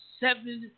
seven